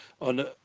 on